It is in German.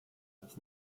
das